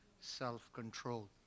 self-control